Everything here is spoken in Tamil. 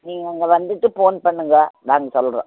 நீங்கள் அங்கே வந்துவிட்டு போன் பண்ணுங்கள் நாங்கள் சொல்லுறோம்